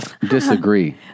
disagree